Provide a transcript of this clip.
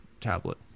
tablet